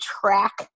track